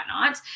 whatnot